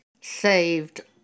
saved